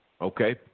Okay